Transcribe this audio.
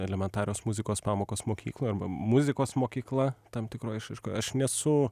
elementarios muzikos pamokos mokykloj arba muzikos mokykla tam tikroj išraiškoj aš nesu